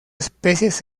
especies